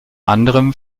anderem